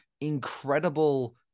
incredible